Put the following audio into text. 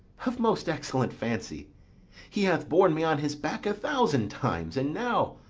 of most excellent fancy he hath borne me on his back a thousand times and now,